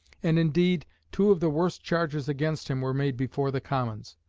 and, indeed, two of the worst charges against him were made before the commons.